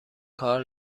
کار